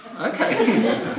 Okay